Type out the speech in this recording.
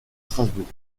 strasbourg